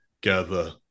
gather –